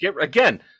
Again